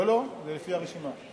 לא לא, זה לפי הרשימה.